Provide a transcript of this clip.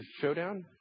showdown